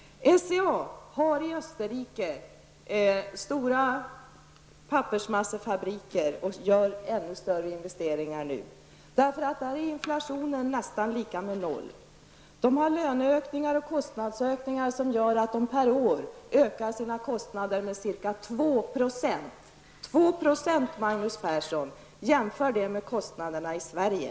SCA har i Österrike stora pappersmassefabriker och gör ännu större investeringar nu. Där är inflationen nästan lika med noll. Löneökningar och kostnadsökningar gör att kostnaderna per år ökar med ca 2 %. 2 %, Magnus Persson, jämför det med kostnaderna i Sverige.